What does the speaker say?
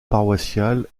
paroissial